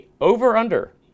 over/under